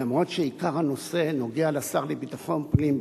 למרות שעיקר הנושא נוגע לשר לביטחון פנים,